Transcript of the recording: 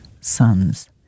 Sons